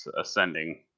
ascending